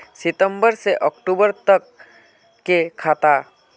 सितम्बर से अक्टूबर तक के खाता?